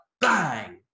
bang